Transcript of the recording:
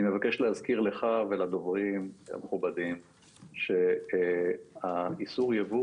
אני מבקש להזכיר לך ולדוברים המכובדים שאיסור היבוא